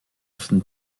often